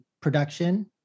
production